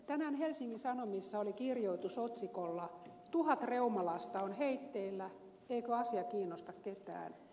tänään helsingin sanomissa oli kirjoitus otsikolla tuhat reumalasta on heitteillä eikö asia kiinnosta ketään